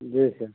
जी sir